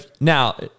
Now